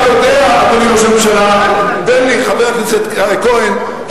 חבר הכנסת כהן,